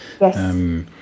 Yes